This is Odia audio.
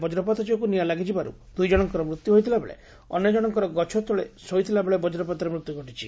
ବଜ୍ରପାତ ଯୋଗୁଁ ନିଆଁ ଲାଗିଯିବାରୁ ଦୁଇ ଜଶଙ୍କର ମୃତ୍ଧୁ ହୋଇଥିବାବେଳେ ଅନ୍ୟ ଜଶଙ୍କର ଗଛତଳେ ଶୋଇଥିବାବେଳେ ବକ୍ରପାତରେ ମୃତ୍ଧ୍ ଘଟିଛି